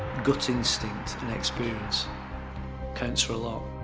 gut instinct and experience counts for a lot.